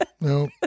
No